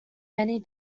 many